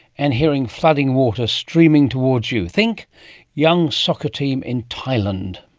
and hearing flooding water streaming towards you. think young soccer team in thailand.